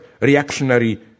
reactionary